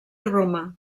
roma